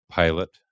pilot